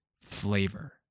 flavor